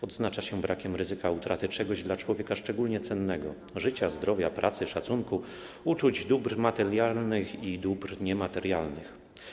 Odznacza się brakiem ryzyka utraty czegoś dla człowieka szczególnie cennego: życia, zdrowia, pracy, szacunku, uczuć, dóbr materialnych i dóbr niematerialnych.